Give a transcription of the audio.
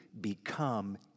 become